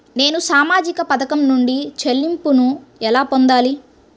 నేను సామాజిక పథకం నుండి చెల్లింపును ఎలా పొందాలి?